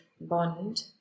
bond